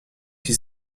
qui